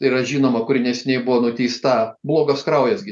yra žinoma kuri neseniai buvo nuteista blogas kraujas gi